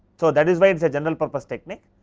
so, that is by it is a general purpose technique.